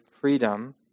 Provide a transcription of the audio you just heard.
freedom